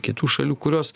kitų šalių kurios